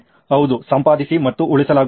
ಹೌದು ಸಂಪಾದಿಸಿ ಮತ್ತು ಉಳಿಸಲಾಗುತ್ತದೆ